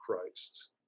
Christ